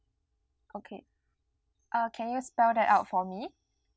okay uh can you spell that out for me